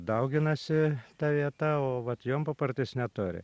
dauginasi ta vieta o vat jonpapartis neturi